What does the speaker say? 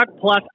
plus